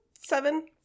Seven